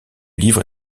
livre